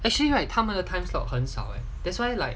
actually right 他们的 time slot 很少 leh that's why like